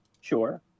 Sure